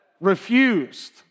refused